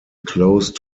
close